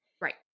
right